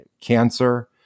cancer